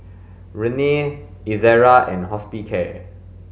Rene Ezerra and Hospicare